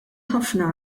ħafna